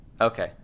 Okay